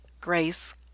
grace